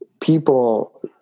people